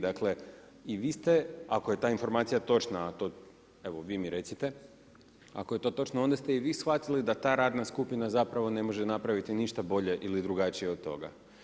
Dakle, vi ste ako je ta informacija točna, evo vi mi recite, ako je to točno onda ste i vi shvatili da ta radna skupina zapravo ne može napraviti ništa bolje ili drugačije od toga.